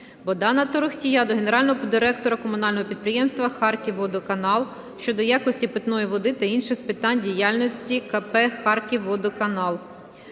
Богдана Торохтія до генерального директора Комунального підприємства "Харківводоканал" щодо якості питної води та інших питань діяльності КП "Харківводоканал".